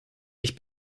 ich